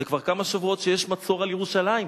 זה כבר כמה שבועות שיש מצור על ירושלים.